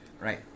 Right